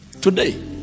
today